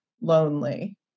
lonely